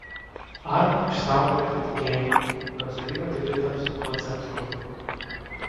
ar išsaugojote tikėjimą kad sodyba tikrai taps tuo centru